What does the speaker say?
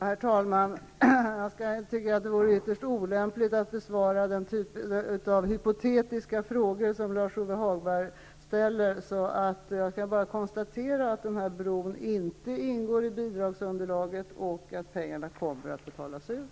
Herr talman! Det är ytterst olämpligt att besvara den typ av hypotetiska frågor som Lars-Ove Hagberg ställer. Jag konstaterar endast att denna bro inte ingår i bidragsunderlaget och att pengarna kommer att betalas ut.